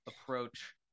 approach